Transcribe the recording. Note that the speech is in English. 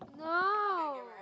no